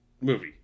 movie